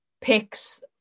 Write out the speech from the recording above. picks